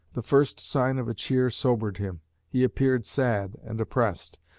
the first sign of a cheer sobered him he appeared sad and oppressed,